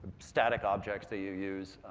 static objects that you use,